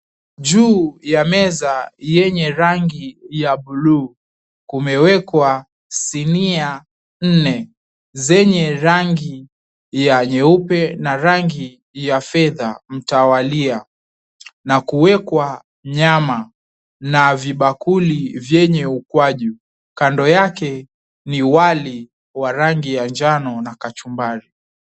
Juu ya meza yenye rangi ya buluu, kumewekwa sinia nne, zenye rangi ya nyeupe na rangi ya fedha mtawalia na kuwekwa nyama na vibakuli vyenye ukwaju, kando yake ni wali wa rangi ya njano na kachumbari.